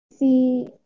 See